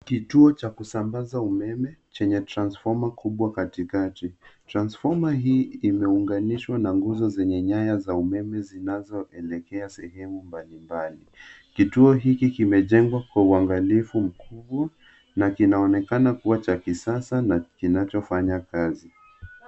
Kituo cha kusambaza umeme chenye transfoma kubwa katikati. Transfoma hii imeunganishwa na nguzo zenye nyaya za umeme zinazoelekea sehemu mbalimbali. Kituo hiki kimejengwa kwa uangalifu mkubwa na kinaonekana kuwa cha kisasa na kinachofanya kazi.